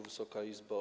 Wysoka Izbo!